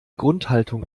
grundhaltung